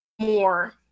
more